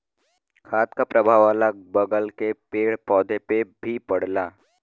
खाद क परभाव अगल बगल के पेड़ पौधन पे भी पड़ला